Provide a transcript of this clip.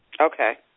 Okay